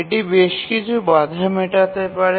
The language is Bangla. এটি বেশ কিছু বাধা মেটাতে পারে